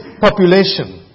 population